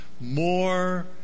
more